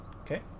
Okay